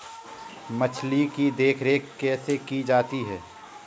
मछली की देखरेख कैसे की जाती है?